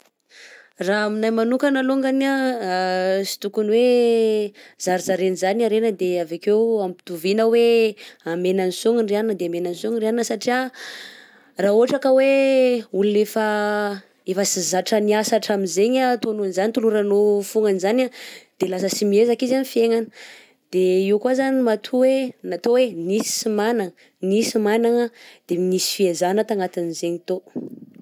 Ra aminahy manokana longany sy tonkony oe zarazaraina zany ny harena de avy akeo ampitoviana hoe, amegna ansôgno ry iagnona de amegna ansôgno ry iagnona satrià: ra ohatra ka hoe olona efa efa sy zatra niasa atramizegny ataonao zany toloranao fôna an'zany, de lasa sy miezaka izy ami fiaignagna, de io koa zany matoa hoe natao hoe nisy magnagna misy magnagna de misy fihezahana tagnatin'izegny tao.